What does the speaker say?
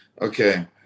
okay